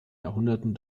jahrhunderten